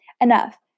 Enough